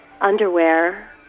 underwear